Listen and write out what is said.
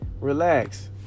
Relax